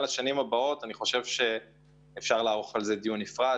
אני חושב שאפשר לערוך דיון נפרד